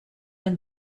and